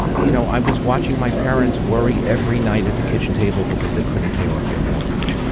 you know, i was watching my parents worry every night at the kitchen table because they couldn't pay off their mortgage.